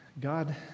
God